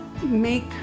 make